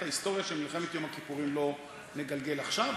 את ההיסטוריה של מלחמת יום הכיפורים לא נגלגל עכשיו,